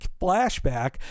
flashback